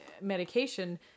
medication